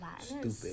stupid